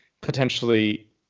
potentially